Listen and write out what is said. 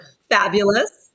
fabulous